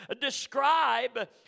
describe